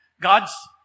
God's